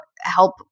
help